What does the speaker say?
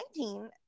2019